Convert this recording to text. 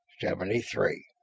seventy-three